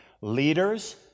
Leaders